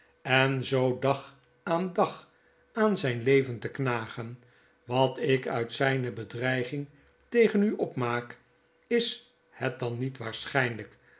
en zoo dag aan dag aan zyn leven te knagen wat ik uit zijne bedreiging tegen u opmaak is het dan niet